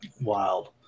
wild